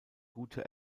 gute